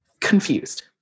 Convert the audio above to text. confused